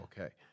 Okay